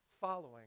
following